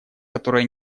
которая